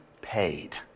paid